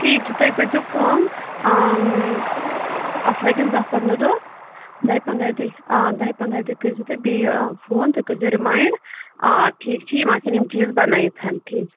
ٹھیٖک چھُ تُہۍ کٔرۍزیٚو کٲم اَتھ لَگن دَہ پَنٛداہ دۄہ دَہہِ پَنٛداہ دۄہ آ دَہہِ پَنٛداہ دۄہ کٔرۍزیٚو تُہۍ بیٚیہِ آ فون تُہۍ کٔرۍزیٚو رِمایِنٛڈ آ ٹھیٖک چھُ یِم آسن یِم چیٖز بَنٲیِتھ ٹھیٖک